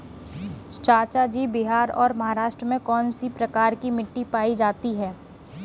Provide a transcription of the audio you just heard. चाचा जी बिहार और महाराष्ट्र में कौन सी प्रकार की मिट्टी पाई जाती है?